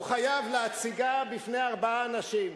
הוא חייב להציגה בפני ארבעה אנשים: